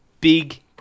big